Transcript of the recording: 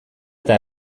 eta